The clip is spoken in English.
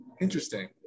interesting